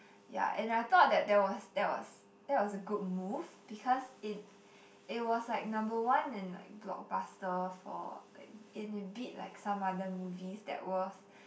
ya and I thought that that was that was that was a good move because it it was like number one in like blockbuster for like and it beat like some other movies that was